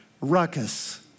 ruckus